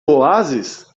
oásis